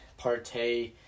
partay